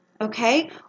Okay